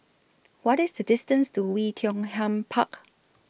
What IS The distance to Oei Tiong Ham Park